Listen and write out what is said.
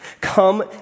come